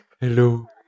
Hello